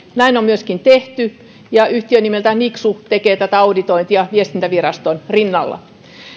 näin on myöskin tehty ja yhtiö nimeltä nixu tekee tätä auditointia viestintäviraston rinnalla